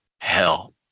hell